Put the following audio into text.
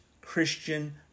Christian